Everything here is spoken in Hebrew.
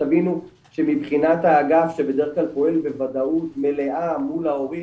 שתבינו שמבחינת האגף שבד"כ פועל בוודאות מלאה מול ההורים